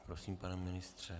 Prosím, pane ministře.